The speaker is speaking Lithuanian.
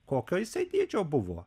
kokio jisai dydžio buvo